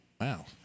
Wow